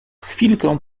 chwilkę